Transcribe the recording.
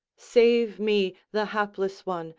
save me, the hapless one,